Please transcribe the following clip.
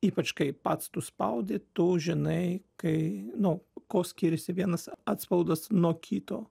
ypač kai pats tu spaudi tu žinai kai nu kuo skiriasi vienas atspaudas nuo kito